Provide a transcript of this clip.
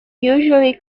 usually